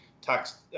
tax